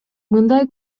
мындай